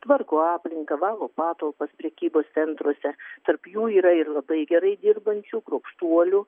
tvarko aplinką valo patalpas prekybos centruose tarp jų yra ir labai gerai dirbančių kruopštuolių